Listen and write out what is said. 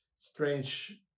strange